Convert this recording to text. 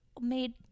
made